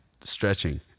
Stretching